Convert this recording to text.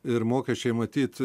ir mokesčiai matyt